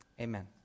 amen